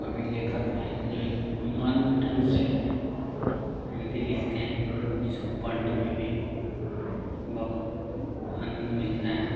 कवि लेखक हैं जो एक मान ढंग से हिंदी लिखते हैं जिसको पढ़ने में भी बहुत आनंद मिलता है